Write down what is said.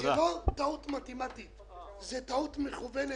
זה לא טעות מתמטית, זה טעות מכוונת,